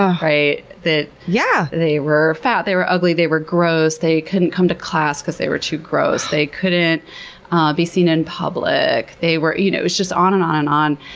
that yeah they were fat. they were ugly. they were gross. they couldn't come to class because they were too gross. they couldn't be seen in public. they were, you know, it was just on and on and on.